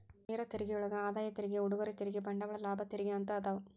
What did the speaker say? ನೇರ ತೆರಿಗೆಯೊಳಗ ಆದಾಯ ತೆರಿಗೆ ಉಡುಗೊರೆ ತೆರಿಗೆ ಬಂಡವಾಳ ಲಾಭ ತೆರಿಗೆ ಅಂತ ಅದಾವ